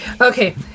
Okay